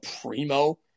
Primo